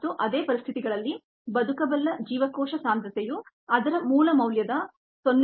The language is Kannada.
ಮತ್ತುಅದೇ ಪರಿಸ್ಥಿತಿಗಳಲ್ಲಿ ವ್ಯೆಯಬಲ್ ಸೆಲ್ ಕಾನ್ಸಂಟ್ರೇಶನ್ ಅದರ ಮೂಲ ಮೌಲ್ಯದ 0